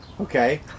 Okay